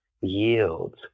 yields